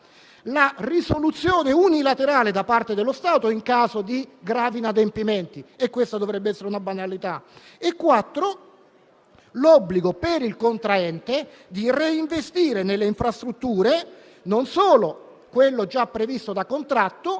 di risoluzione unilaterale da parte dello Stato in caso di gravi inadempimenti (questa dovrebbe essere una banalità) e chiediamo infine che ci sia l'obbligo, per il contraente, di reinvestire nelle infrastrutture non solo quello che è già previsto da contratto,